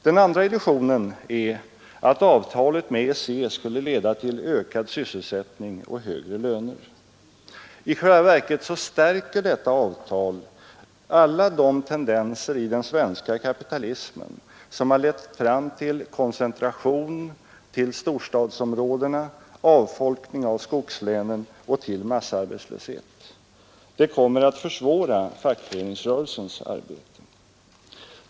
Den andra illusionen är att avtalet med EEC skulle leda till ökad sysselsättning och högre löner. I själva verket stärker detta avtal alla de tendenser i den svenska kapitalismen som har lett fram till koncentration till storstadsområdena, avfolkning av skogslänen och massarbetslöshet. Det kommer att försvåra fackföreningsrörelsens arbete.